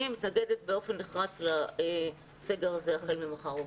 אני מתנגדת באופן נחרץ לסגר הזה החל ממחר בבוקר.